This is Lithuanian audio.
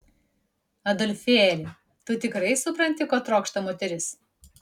adolfėli tu tikrai supranti ko trokšta moteris